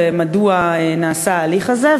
ומדוע נעשה ההליך הזה?